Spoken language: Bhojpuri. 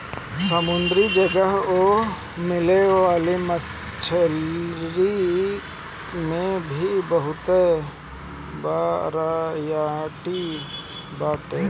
समुंदरी जगह ओए मिले वाला मछरी में भी बहुते बरायटी बाटे